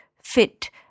fit